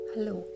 Hello